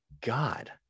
God